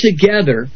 together